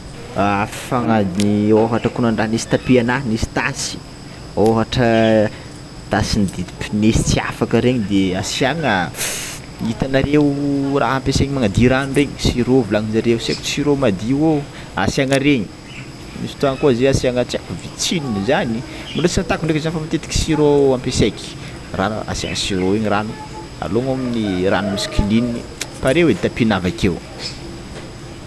Fangadio- ôhatra koa nandraha nisy tapiana nisy tasy ôhatra tasin'ny didipinesy tsy afaka regny asiagna itagnareo raha ampiasaigny magnadio rano regny sur'eau volagninjareo tsy aiko sur'eau madio asiagna regny, misy fotoagna koa zio asiana tsy aiko vitsin zany mbola tsy nataoko ndraiky zany matetika sur'eau ampiasaiky rara- asigny sur'eau igny rano alogna amin'ny rano misy klin paré edy tapinao avakeo.